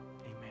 Amen